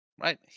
Right